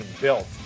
built